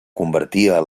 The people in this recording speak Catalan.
convertia